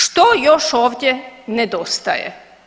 Što još ovdje nedostaje.